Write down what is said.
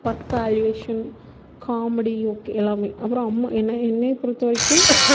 work valuation comedy okay எல்லாமே அப்புறம் அம்மா என்னை என்னை பொறுத்த வரைக்கும்